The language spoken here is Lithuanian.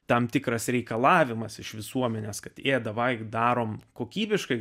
tam tikras reikalavimas iš visuomenės kad ė davai darom kokybiškai